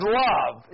love